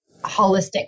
holistic